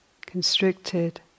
constricted